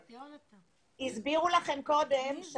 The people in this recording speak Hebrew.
הסבירו לכם קודם.